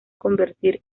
convertir